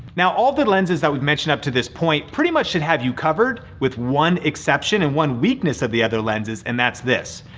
now all the lenses that we've mentioned up to this point pretty much should have you covered with one exception and one weakness of the other lenses and that's this,